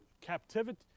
captivity